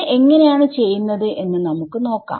ഇത് എങ്ങനെയാണ് ചെയ്യുന്നത് എന്ന് നമുക്ക് നോക്കാം